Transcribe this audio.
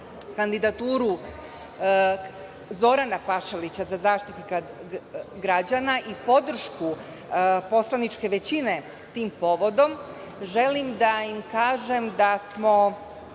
kandidaturu Zorana Pašalića za Zaštitnika građana i podršku poslaničke većine tim povodom, želim da im kažem da smo